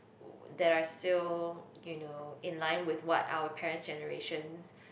w~ there are still you know in line with what our parents generation